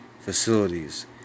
facilities